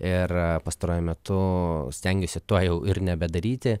ir pastaruoju metu stengiuosi to jau ir nebedaryti